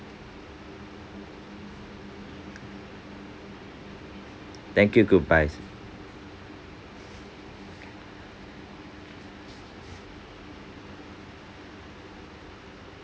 thank you goodbyes